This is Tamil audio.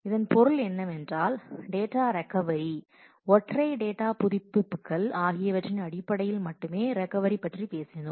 இதன் பொருள் என்னவென்றால் டேட்டா ரெக்கவரி ஒற்றை டேட்டா புதுப்பிப்புகள் ஆகியவற்றின் அடிப்படையில் மட்டுமே ரெக்கவரி பற்றி பேசினோம்